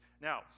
Now